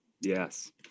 Yes